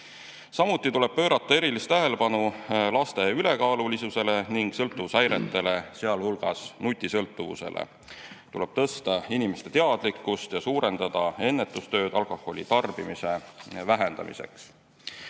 tuleb pöörata erilist tähelepanu laste ülekaalulisusele ning sõltuvushäiretele, sealhulgas nutisõltuvusele. Tuleb tõsta inimeste teadlikkust ja suurendada ennetustööd alkoholi tarbimise vähendamiseks.